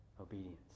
obedience